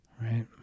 Right